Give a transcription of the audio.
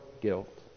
guilt